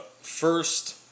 first